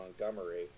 Montgomery